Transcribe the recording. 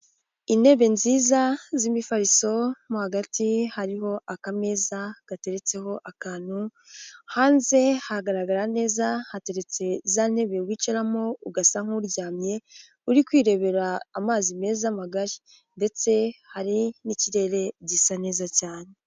Intebe nziza z'imifariso, mo hagati hariho akameza gateretseho akantu, hanze hagaragara neza hateretse za ntebe wicaramo ugasa nk'uryamye uri kwirebera amazi meza magari, ndetse hari n'ikirere gisa neza cyane.